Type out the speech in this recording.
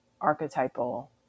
archetypal